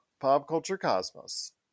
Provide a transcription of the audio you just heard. PopCultureCosmos